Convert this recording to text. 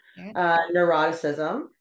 neuroticism